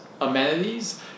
amenities